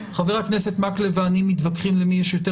חבר הכנסת מקלב ואני מתווכחים למי יש יותר